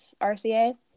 RCA